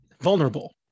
vulnerable